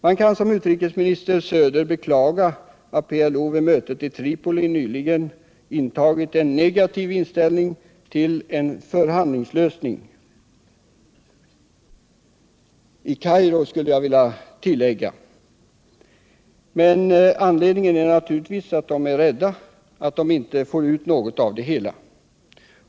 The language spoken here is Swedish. Man kan som utrikesminister Söder beklaga att PLO vid mötet i Tripoli intagit en negativ inställning till en förhandlingslösning — vid förhandlingar i Kairo. Anledningen är naturligtvis att de är rädda att de inte får ut något av det hela.